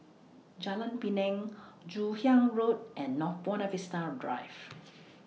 Jalan Pinang Joon Hiang Road and North Buona Vista Drive